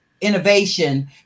innovation